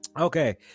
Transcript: okay